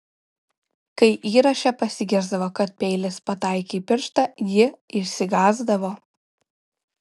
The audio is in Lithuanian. kai įraše pasigirsdavo kad peilis pataikė į pirštą ji išsigąsdavo